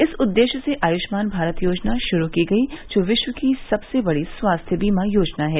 इस उद्देश्य से आयुष्मान भारत योजना शुरू की गई जो विश्व की सबसे बड़ी स्वास्थ्य बीमा योजना है